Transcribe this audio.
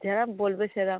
যেরকম বলবে সেরকম